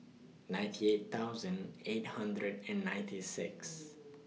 ninety eight thousand eight hundred and ninety six